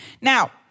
Now